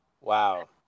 Wow